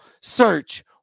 search